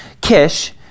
Kish